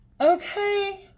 Okay